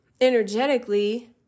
energetically